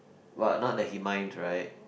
what not that he mind right